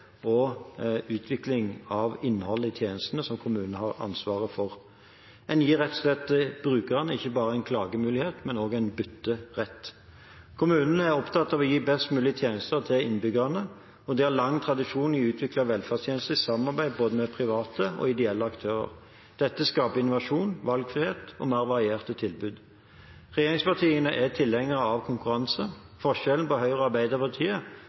og utvikling av innholdet i tjenestene som kommunene har ansvaret for. En gir rett og slett brukerne ikke bare en klagemulighet, men også en bytterett. Kommunene er opptatt av å gi best mulig tjenester til innbyggerne, og de har lang tradisjon i å utvikle velferdstjenester i samarbeid med både private og ideelle aktører. Dette skaper innovasjon, valgfrihet og mer varierte tilbud. Regjeringspartiene er tilhengere av konkurranse. Forskjellen på Høyre og Arbeiderpartiet